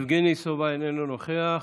יבגני סובה, איננו נוכח,